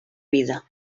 vida